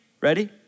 ready